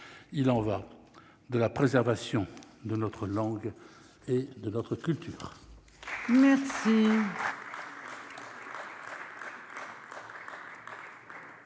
il en va de la préservation de notre langue et de notre culture. Merci.